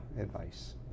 advice